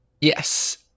Yes